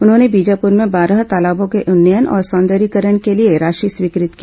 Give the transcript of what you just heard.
उन्होंने बीजापुर में बारह तालाबों के उन्नयन और सौंदर्यीकरण के लिए राशि स्वीकृत की